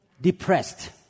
depressed